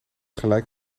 gelijk